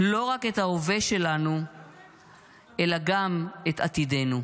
לא רק את ההווה שלנו אלא גם את עתידנו.